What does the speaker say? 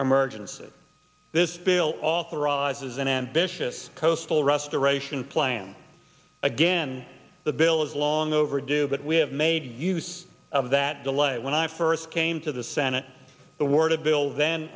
emergency this bill authorizes an ambitious coastal restoration plan again the bill is long overdue but we have made use of that delay when i first came to the senate the word of bill then